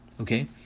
Okay